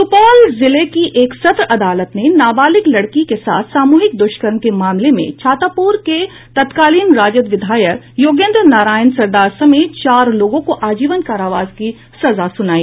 सुपौल जिले की एक सत्र अदालत ने नाबालिग लड़की के साथ सामूहिक दुष्कर्म के मामले में छातापुर के तत्कालीन राजद विधायक योगेन्द्र नारायण सरदार समेत चार लोगों को आजीवन कारावास की सजा सुनाई